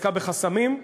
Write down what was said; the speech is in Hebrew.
עסקה בחסמים,